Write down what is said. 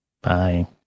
Bye